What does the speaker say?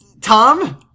Tom